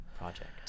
project